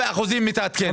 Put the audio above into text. אנחנו צריכים לנסח את זה.